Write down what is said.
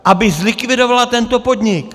Aby zlikvidovala tento podnik!